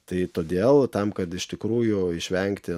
tai todėl tam kad iš tikrųjų išvengti